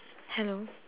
hello